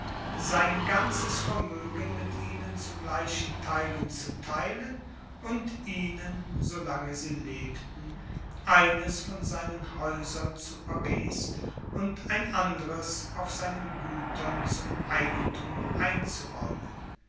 sein ganzes vermögen mit ihnen zu gleichen teilen zu teilen und ihnen solange sie lebten eines von seinen häusern zu paris und ein andres auf seinen gütern zum eigentum einzuräumen